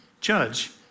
judge